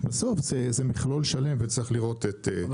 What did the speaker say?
זאת אומרת בסוף זה מכלול שלם וצריך לראות את כולו.